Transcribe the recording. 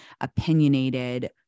opinionated